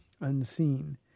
unseen